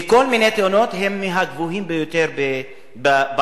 מכל מיני תאונות, הוא מהגבוהים ביותר במדינה.